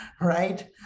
right